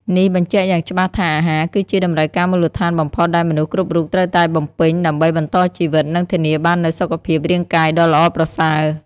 នេះបញ្ជាក់យ៉ាងច្បាស់ថាអាហារគឺជា តម្រូវការមូលដ្ឋានបំផុត ដែលមនុស្សគ្រប់រូបត្រូវតែបំពេញដើម្បីបន្តជីវិត និងធានាបាននូវសុខភាពរាងកាយដ៏ល្អប្រសើរ។